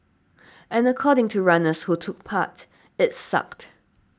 and according to runners who took part it sucked